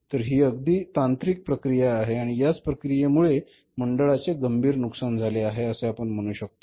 तर ही अगदी तांत्रिक प्रक्रिया आहे आणि याच प्रक्रियेमूळे मंडळाचे गंभीर नुकसान झाले असे आपण म्हणू शकतो